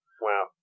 Wow